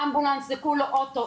אמבולנס זה כולו אוטו,